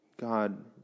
God